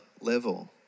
level